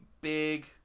big